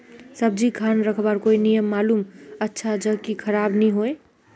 सब्जी खान रखवार कोई नियम मालूम अच्छा ज की खराब नि होय?